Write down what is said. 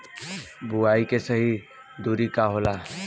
बुआई के सही दूरी का होला?